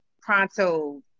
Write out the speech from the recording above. pronto